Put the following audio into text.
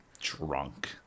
drunk